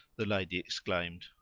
the lady exclaimed.